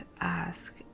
ask